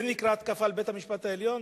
זה נקרא התקפה על בית-המשפט העליון?